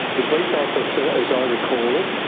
the police officer as i recall it,